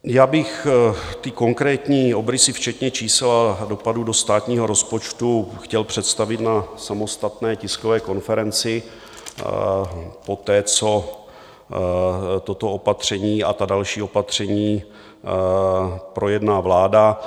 Já bych ty konkrétní obrysy včetně čísel a dopadů do státního rozpočtu chtěl představit na samostatné tiskové konferenci poté, co toto opatření a ta další opatření projedná vláda.